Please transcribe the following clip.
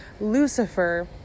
Lucifer